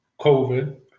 COVID